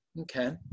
Okay